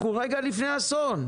אנחנו רגע לפני אסון.